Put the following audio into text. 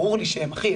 ברור לי שהם אחים',